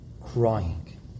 crying